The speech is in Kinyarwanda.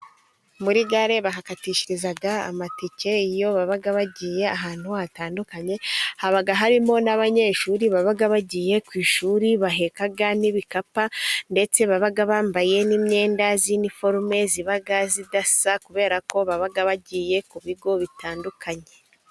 Muri gare bahakatishiriza amatike, iyo baba bagiye ahantu hatandukanye haba harimo n'abanyeshuri, baba bagiye ku ishuri baheka n'ibikapu ndetse baba bambaye n'imyenda y'iniforume, iba idasa kubera ko baba bagiye ku bigo bitandukanye.